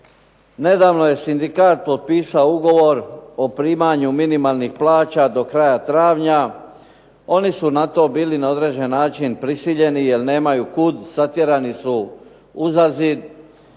Nedavno je sindikat potpisao ugovor o primanju minimalnih plaća do kraja travnja. Oni su bili na to na određeni način prisiljeni, jer nemaju kud satjerani su uza zid.